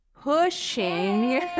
pushing